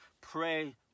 Pray